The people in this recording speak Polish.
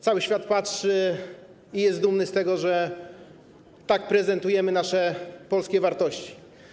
Cały świat patrzy i jest dumny z tego, że tak prezentujemy nasze polskie wartości.